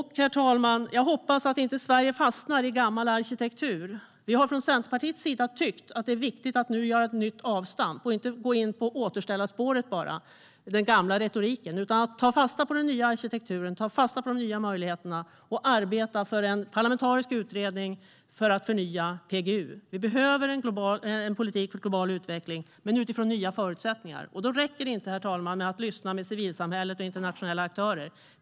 Herr talman! Jag hoppas att Sverige inte fastnar i gammal arkitektur. Från Centerpartiets sida har vi tyckt att det är viktigt att nu göra ett nytt avstamp och inte bara gå in på återställarspåret och den gamla retoriken. Vi vill ta fasta på den nya arkitekturen och de nya möjligheterna och arbeta för en parlamentarisk utredning för att förnya PGU. Vi behöver en politik för global utveckling men utifrån nya förutsättningar. Då räcker det inte att lyssna med civilsamhället och internationella aktörer.